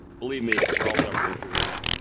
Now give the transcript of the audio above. believe me, we're all suffering through this.